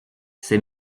ses